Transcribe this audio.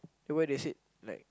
then why they said like